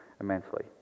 immensely